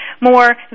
more